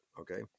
okay